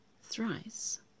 thrice